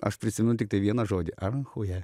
aš prisimenu tiktai vieną žodį aranhuja